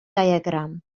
diagram